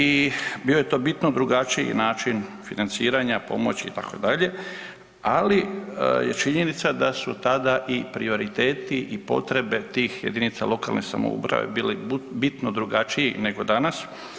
I bio je to bitno drugačiji način financiranja, pomoći itd., ali je činjenica da su tada i prioriteti potrebe tih jedinica lokalne samouprave bili bitno drugačiji nego danas.